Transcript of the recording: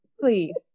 Please